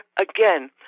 again